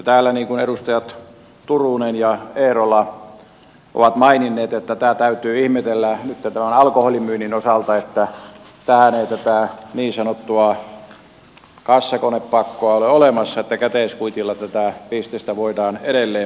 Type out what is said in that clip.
niin kuin edustajat turunen ja eerola ovat maininneet täytyy ihmetellä nyt alkoholimyynnin osalta että tähän ei tätä niin sanottua kassakonepakkoa ole olemassa että käteiskuitilla tätä bisnestä voidaan edelleen pyörittää